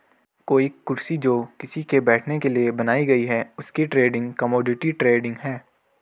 कोई कुर्सी जो किसी के बैठने के लिए बनाई गयी है उसकी ट्रेडिंग कमोडिटी ट्रेडिंग है